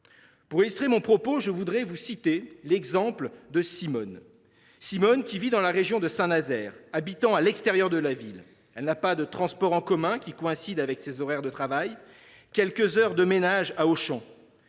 Pour illustrer mon propos, je citerai l’exemple de Simone, qui vit dans la région de Saint Nazaire. Habitant à l’extérieur de la ville, Simone n’a pas de transport en commun qui coïncide avec ses horaires de travail, quelques heures de ménage à Auchan.